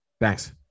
Thanks